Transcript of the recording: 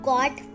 God